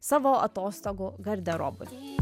savo atostogų garderobui